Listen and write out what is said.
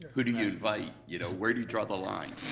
who do you invite? you know, where do you draw the line?